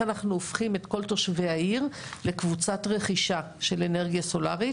אנחנו הופכים את כל תושבי העיר לקבוצת רכישה של אנרגיה סולארית,